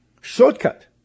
shortcut